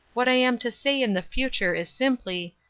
what i am to say in the future is simply,